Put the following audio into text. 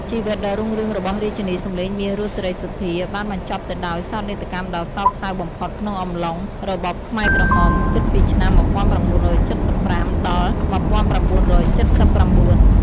ជីវិតដ៏រុងរឿងរបស់រាជិនីសំឡេងមាស រស់ សេរីសុទ្ធា បានបញ្ចប់ទៅដោយ សោកនាដកម្មដ៏សោកសៅបំផុត ក្នុងអំឡុង របបខ្មែរក្រហម គិតពីឆ្នាំ ១៩៧៥ ដល់ ១៩៧៩។